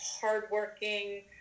hardworking